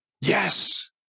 Yes